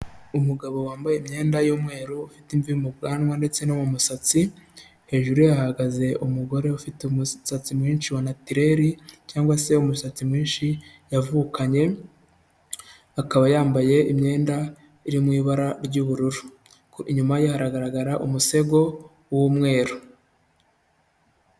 Umugabo wambaye imyenda y'umweru ufite imvi mu bwanwa ndetse no mu musatsi, hejuru ye hahagaze umugore ufite umusatsi mwinshi wa natireri cyangwa se umusatsi mwinshi yavukanye, akaba yambaye imyenda iri mu ibara ry'ubururu. Inyuma ye haragaragara umusego w'umweru.